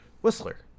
Whistler